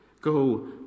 go